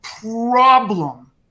problem